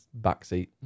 backseat